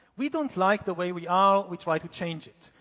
we don't like the way we are, we try to change it.